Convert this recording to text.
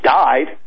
died